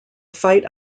fight